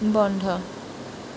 বন্ধ